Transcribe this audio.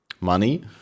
money